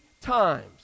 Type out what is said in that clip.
times